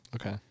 Okay